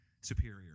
superior